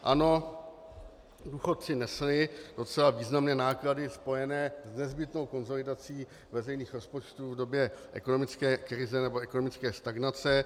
Ano, důchodci nesli docela významné náklady spojené s nezbytnou konsolidací veřejných rozpočtů v době ekonomické krize, ekonomické stagnace.